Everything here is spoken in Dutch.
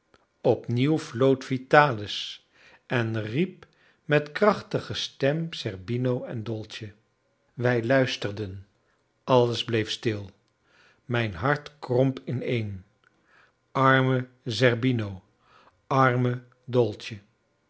opnieuw floot vitalis en riep met krachtige stem zerbino en dolce wij luisterden alles bleef stil mijn hart kromp ineen arme zerbino arme dolce